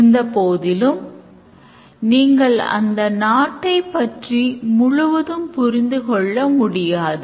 இருந்தபோதிலும் நீங்கள் அந்த நாட்டைப் பற்றி முழுவதும் புரிந்துகொள்ள முடியாது